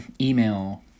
email